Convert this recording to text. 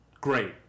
Great